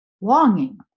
longing